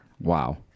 wow